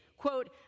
quote